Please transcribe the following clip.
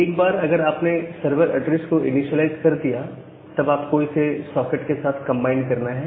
एक बार अगर आपने सर्वर ऐड्रेस को इनीशिएलाइज कर दिया तब आपको इसे सॉकेट के साथ बाइंड करना है